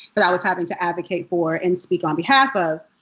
but i was having to advocate for and speak on behalf of.